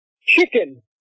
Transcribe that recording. chicken